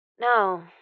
No